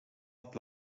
het